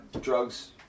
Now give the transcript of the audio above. drugs